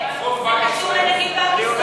זה קשור לנגיד בנק ישראל.